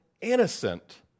innocent